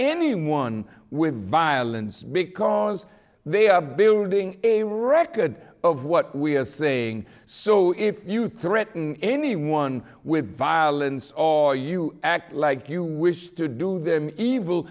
anyone with violence because they are building a record of what we are saying so if you threaten anyone with violence all you act like you wish to do them evil